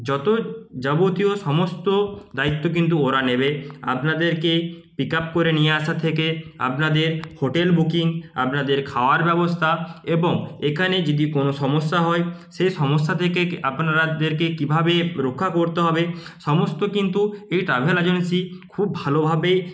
যত যাবতীয় সমস্ত দায়িত্ব কিন্তু ওরা নেবে আপনাদেরকে পিক আপ করে নিয়ে আসা থেকে আপনাদের হোটেল বুকিং আপনাদের খাওয়ার ব্যবস্থা এবং এখানে যেদি কোনোও সমস্যা হয় সে সমস্যা থেকে আপনারাদেরকে কীভাবে রক্ষা করতে হবে সমস্ত কিন্তু এই ট্রাভেল এজেন্সি খুব ভালোভাবেই